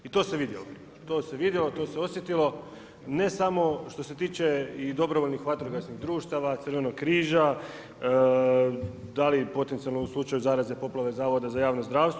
I to se vidjelo, to se vidjelo, to se osjetilo ne samo što se tiče i dobrovoljnih vatrogasnih društava, Crvenog križa da li potencijalno u slučaju zaraze, poplave Zavoda za javno zdravstvo.